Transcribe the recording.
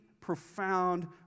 profound